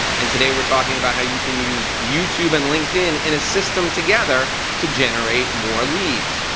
and today we're talking about how you can use youtube and linkedin in a system together to generate more leads.